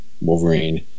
Wolverine